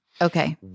Okay